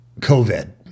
COVID